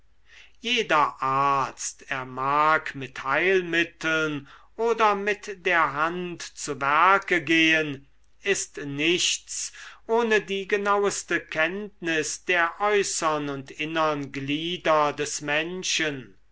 jeder arzt er mag mit heilmitteln oder mit der hand zu werke gehen ist nichts ohne die genauste kenntnis der äußern und innern glieder des menschen